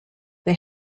they